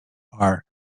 are